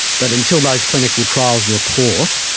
but until those clinical trials report,